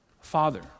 Father